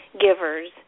givers